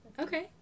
Okay